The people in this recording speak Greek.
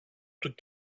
του